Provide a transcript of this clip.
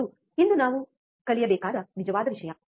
ಅದು ಇಂದು ನಾವು ಕಲಿಯಬೇಕಾದ ನಿಜವಾದ ವಿಷಯ